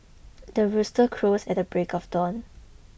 the rooster crows at the break of dawn